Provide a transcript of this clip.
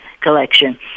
collection